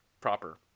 proper